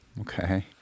Okay